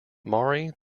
maury